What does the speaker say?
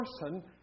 person